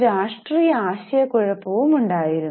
ഒരു രാഷ്ട്രീയ ആശയക്കുഴപ്പവും ഉണ്ടായിരുന്നു